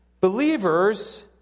believers